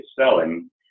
selling